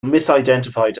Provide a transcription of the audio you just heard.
misidentified